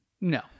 No